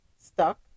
stuck